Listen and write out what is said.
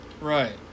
Right